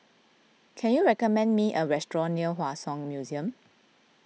can you recommend me a restaurant near Hua Song Museum